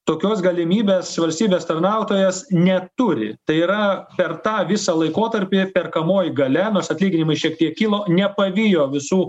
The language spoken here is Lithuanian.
tokios galimybės valstybės tarnautojas neturi tai yra per tą visą laikotarpį perkamoji galia nors atlyginimai šiek tiek kilo nepavijo visų